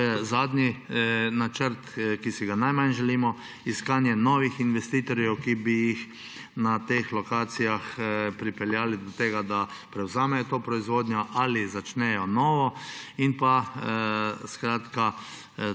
to je zadnji načrt, ki si ga najmanj želimo, iskanje novih investitorjev, ki bi jih na teh lokacijah pripeljali do tega, da prevzamejo to proizvodnjo ali začnejo novo, kot